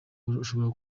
ashobora